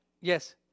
yes